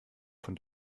von